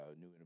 new